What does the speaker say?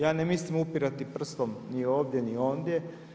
Ja ne mislim upirati prstom ni ovdje, ni ondje.